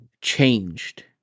changed